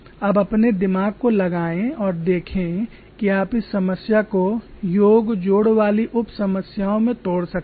अब अपने दिमाग को लगाएं और देखें कि आप इस समस्या को योग जोड़ वाली उप समस्याओं में तोड़ सकते हैं